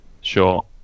Sure